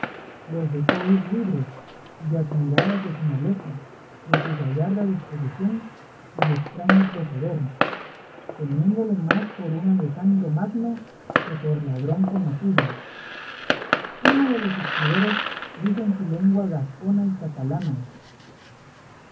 los dejó ir libres y admirados de su nobleza de su gallarda disposición y estraño proceder teniéndole más por un alejandro magno que por ladrón conocido uno de los escuderos dijo en su lengua gascona y catalana